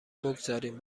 بگذاریم